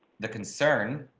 the concern.